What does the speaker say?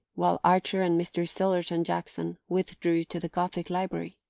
while archer and mr. sillerton jackson withdrew to the gothic library.